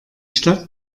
stadt